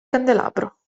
candelabro